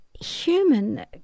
human